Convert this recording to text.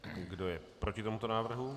Kdo je proti tomuto návrhu?